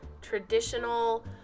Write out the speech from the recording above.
traditional